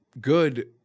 good